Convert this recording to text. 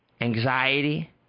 Anxiety